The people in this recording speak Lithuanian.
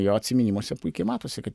jo atsiminimuose puikiai matosi kad